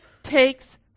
takes